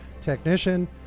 technician